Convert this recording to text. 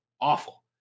awful